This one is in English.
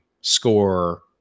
score